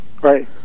Right